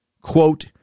quote